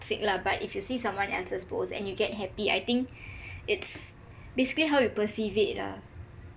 toxic lah but if you see someone else's post and you get happy I think it's basically how you perceive it lah